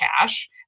cash